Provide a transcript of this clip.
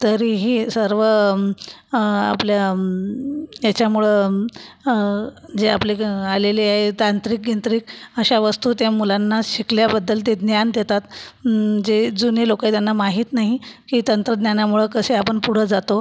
तरीही सर्व आपल्या ह्याच्यामुळं जे आपले आलेले आहे तांत्रिक गिंत्रिक अशा वस्तू त्या मुलांना शिकल्याबद्दल ते ज्ञान देतात जे जुने लोक आहे त्यांना माहीत नाही की तंत्रज्ञानामुळे कसे आपण पुढं जातो